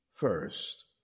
First